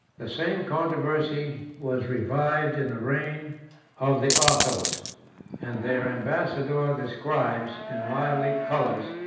the same controversy was revived in the reign of the othos and their ambassador describes, in lively colors,